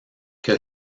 que